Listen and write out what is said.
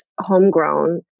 homegrown